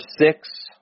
six